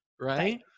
right